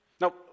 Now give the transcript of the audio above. Now